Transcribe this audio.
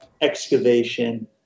excavation